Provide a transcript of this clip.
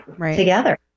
together